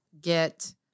get